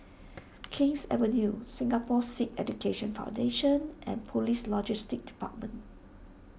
King's Avenue Singapore Sikh Education Foundation and Police Logistics Department